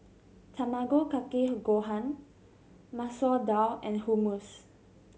Tamago Kake Gohan Masoor Dal and Hummus